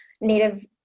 native